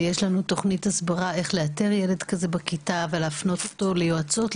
ויש לנו תוכני הסברה על איך לאתר ילד כזה בכית ולהפנות אותו ליועצות,